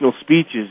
speeches